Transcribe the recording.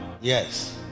Yes